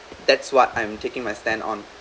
that's what I'm taking my stand on